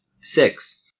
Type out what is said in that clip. Six